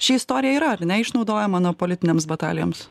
ši istorija yra ar ne išnaudoja na politinėms batalijoms